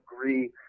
agree